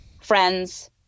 friends